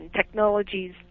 technologies